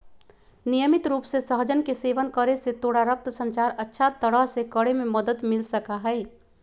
नियमित रूप से सहजन के सेवन करे से तोरा रक्त संचार अच्छा तरह से करे में मदद मिल सका हई